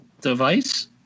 device